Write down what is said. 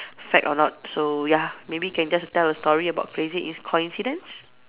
fact or not so so ya maybe can just tell a story about crazy in~ coincidence